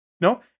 no